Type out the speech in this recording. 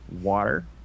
water